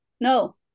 no